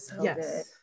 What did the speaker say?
yes